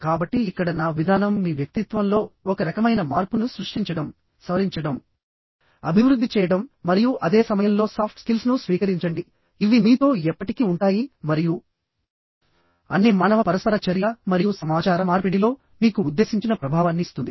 కాబట్టి ఇక్కడ నా విధానం మీ వ్యక్తిత్వంలో ఒక రకమైన మార్పును సృష్టించడం సవరించడంఅభివృద్ధి చేయడం మరియు అదే సమయంలో సాఫ్ట్ స్కిల్స్ను స్వీకరించండి ఇవి మీతో ఎప్పటికీ ఉంటాయి మరియుఅన్ని మానవ పరస్పర చర్య మరియు సమాచార మార్పిడిలో మీకు ఉద్దేశించిన ప్రభావాన్ని ఇస్తుంది